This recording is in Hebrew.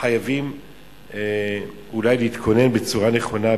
חייבים אולי להתכונן בצורה נכונה,